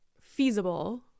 feasible